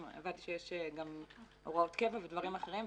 הבנתי שיש גם הוראות קבע ודברים אחרים.